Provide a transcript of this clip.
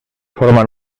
forman